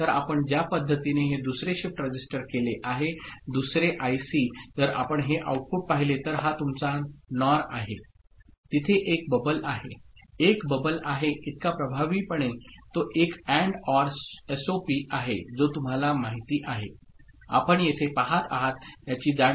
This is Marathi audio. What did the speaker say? तर आपण ज्या पद्धतीने हे दुसरे शिफ्ट रजिस्टर केले आहे दुसरे आयसी जर आपण हे आउटपुट पाहिले तर हा तुमचा NOR आहे तिथे एक बबल आहे एक बबल आहे इतका प्रभावीपणे तो एक AND OR SOP आहे जो तुम्हाला माहिती आहे आपण येथे पाहत आहात याची जाणीव